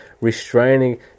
restraining